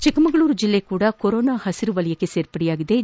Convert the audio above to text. ಚಿಕ್ಕಮಗಳೂರು ಜಿಲ್ಲೆಯೂ ಸಪ ಕೊರೊನಾ ಪಸಿರು ವಲಯಕ್ಕೆ ಸೇರ್ಪಡೆಯಾಗಿದ್ದು